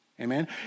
Amen